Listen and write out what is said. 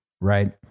right